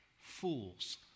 fools